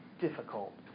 difficult